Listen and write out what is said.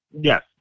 Yes